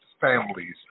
families